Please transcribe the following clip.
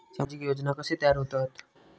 सामाजिक योजना कसे तयार होतत?